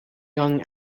young